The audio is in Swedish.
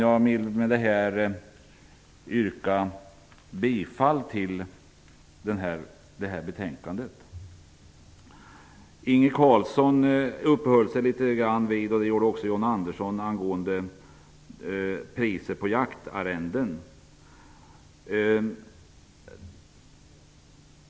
Jag vill med detta yrka bifall till hemställan i detta betänkande. Inge Carlsson uppehöll sig litet grand vid, och det gjorde också John Andersson, priset på jaktarrenden.